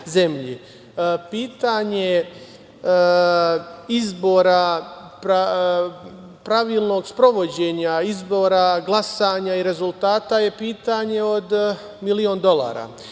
zemlji. Pitanje izbora, pravilnog sprovođenja izbora, glasanja i rezultata je pitanje od milion dolara.